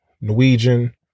Norwegian